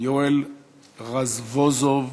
יואל רזבוזוב.